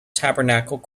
tabernacle